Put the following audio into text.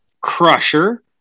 Crusher